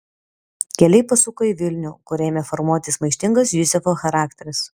keliai pasuko į vilnių kur ėmė formuotis maištingas juzefo charakteris